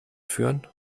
führen